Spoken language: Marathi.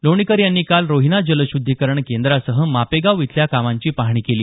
लोणीकर यांनी काल रोहिना जलश्ध्दीकरण केंद्रासह मापेगाव इथल्या कामांची पाहणी केली